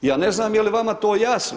Ja ne znam je li vama to jasno?